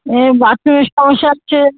এ বাথরুমের সমস্যা হচ্ছে